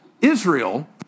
Israel